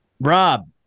Rob